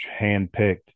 handpicked